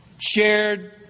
Shared